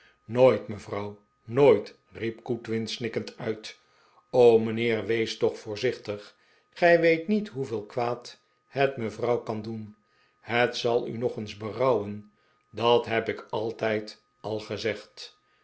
nooit mevrouw nooit riep goodwin snikkend uit mijnheer wees toch voorzichtig gij weet niet hoeveel kwaad het mevrouw kan doen het zal u nog eens berouwen dat heb ik altijd al gezegd